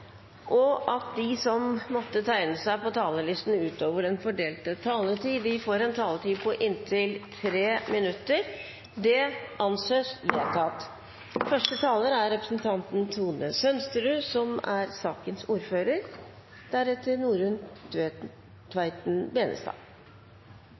og at de som måtte tegne seg på talerlisten utover den fordelte taletid, får en taletid på inntil 3 minutter. – Det anses vedtatt. I august 2013 satte Stoltenberg II-regjeringa ned det såkalte Grund-utvalget, som